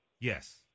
Yes